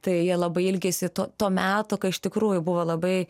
tai jie labai ilgisi to to meto kai iš tikrųjų buvo labai